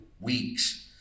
weeks